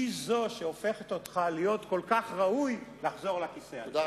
היא זו שהופכת אותך להיות כל כך ראוי לחזור לכיסא הזה.